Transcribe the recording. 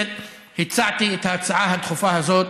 הצעתי את ההצעה הדחופה הזאת,